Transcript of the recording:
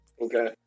Okay